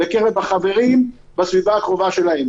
בקרב החברים בסביבה הקרובה שלהם.